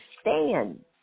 stand